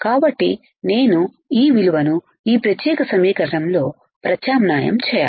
కాబట్టి నేను ఈ విలువను ఈ ప్రత్యేక సమీకరణంలో ప్రత్యామ్నాయం చేయాలి